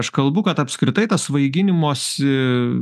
aš kalbu kad apskritai ta svaiginimosi